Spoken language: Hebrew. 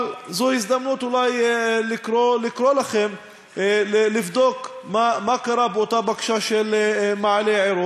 אבל זו הזדמנות אולי לקרוא לכם לבדוק מה קרה באותה בקשה של מעלה-עירון,